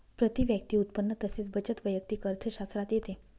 प्रती व्यक्ती उत्पन्न तसेच बचत वैयक्तिक अर्थशास्त्रात येते